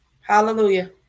Hallelujah